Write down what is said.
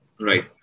Right